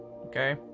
Okay